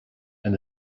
and